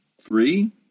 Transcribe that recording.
three